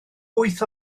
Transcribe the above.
wyth